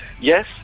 Yes